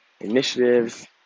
initiatives